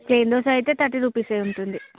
plain dosa అయితే thirty రూపీసే ఉంటుంది